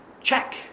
Check